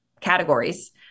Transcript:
categories